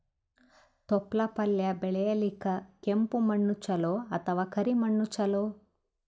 ತೊಪ್ಲಪಲ್ಯ ಬೆಳೆಯಲಿಕ ಕೆಂಪು ಮಣ್ಣು ಚಲೋ ಅಥವ ಕರಿ ಮಣ್ಣು ಚಲೋ?